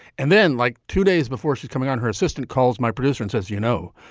and then like two days before she's coming on, her assistant calls my producer and says, you know,